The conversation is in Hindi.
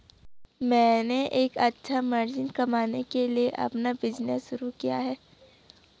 मैंने एक अच्छा मार्जिन कमाने के लिए अपना बिज़नेस शुरू किया है